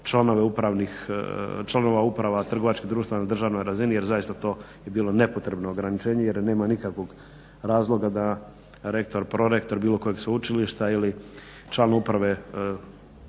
članova uprava trgovačkih društava na državnoj razini jer zaista to je bilo nepotrebno ograničenje jer nema nikakvog razloga da rektor, prorektor bilo kojeg sveučilišta ili član uprave